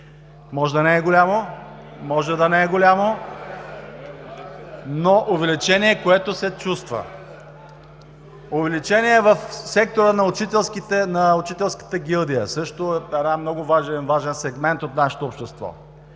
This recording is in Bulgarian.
може да не е голямо, но е увеличение, което се чувства. Увеличение в сектора на учителската гилдия. Това също е много важен сегмент от нашето общество.